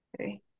Okay